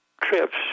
trips